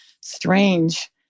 strange